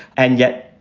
and yet,